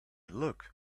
look